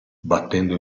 battendo